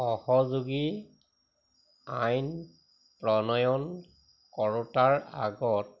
সহযোগী আইন প্ৰণয়ন কৰোঁতাৰ আগত